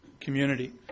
community